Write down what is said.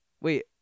Wait